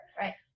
Right